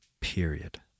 period